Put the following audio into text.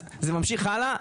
אז זה ממשיך הלאה.